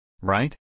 Right